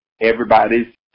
everybody's